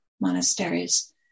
monasteries